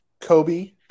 Kobe